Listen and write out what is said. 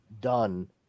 done